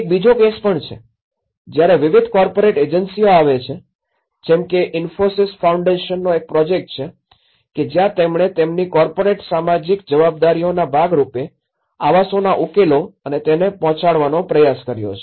એક બીજો કેસ પણ છે જ્યાં વિવિધ કોર્પોરેટ એજન્સીઓ આવે છે જેમ કે ઇન્ફોસીસ ફાઉન્ડેશનનો એક પ્રોજેક્ટ છે કે જ્યાં તેમણે તેમની કોર્પોરેટ સામાજિક જવાબદારીઓના ભાગ રૂપે આવાસોના ઉકેલો અને તેને પહોંચાડવાનો પ્રયાસ કર્યો છે